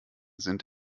sind